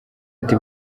ati